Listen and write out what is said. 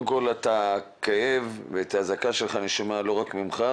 את הכאב והזעקה אני שומע לא רק ממך,